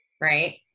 right